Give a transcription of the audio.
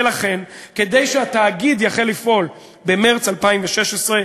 לכן, כדי שהתאגיד יחל לפעול במרס 2016,